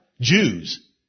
Jews